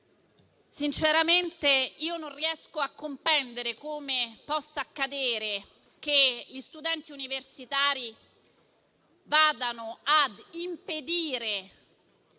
sinceramente che non riesco a comprendere come possa accadere che gli studenti universitari vadano ad impedire